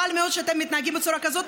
חבל מאוד שאתם מתנהגים בצורה כזאת.